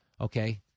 Okay